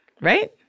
Right